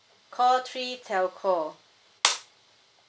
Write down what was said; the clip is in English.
call three telco